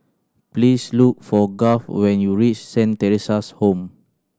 please look for Garth when you reach Saint Theresa's Home